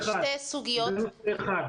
סוגיות.